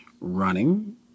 running